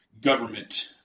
government